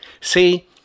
See